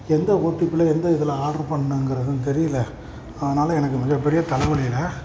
எந்த ஓடிபியில் எந்த இதில் ஆர்டரு பண்ணணுங்கிறதும் தெரியலை அதனாலே எனக்கு மிகப்பெரிய தலைவலியில்